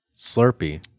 Slurpee